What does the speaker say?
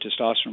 testosterone